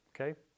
Okay